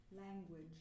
language